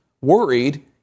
worried